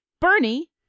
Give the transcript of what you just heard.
Bernie